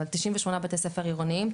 אבל 98 בתי ספרי עירוניים,